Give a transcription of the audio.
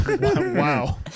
Wow